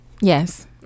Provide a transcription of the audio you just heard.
yes